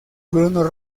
bruno